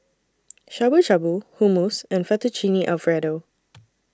Shabu Shabu Hummus and Fettuccine Alfredo